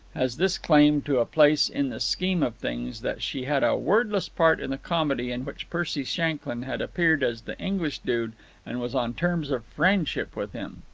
has this claim to a place in the scheme of things, that she had a wordless part in the comedy in which percy shanklyn had appeared as the english dude and was on terms of friendship with him.